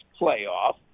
playoff